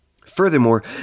Furthermore